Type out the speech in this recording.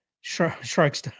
shark's